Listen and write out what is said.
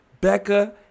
Becca